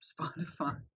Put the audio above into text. spotify